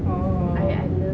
oh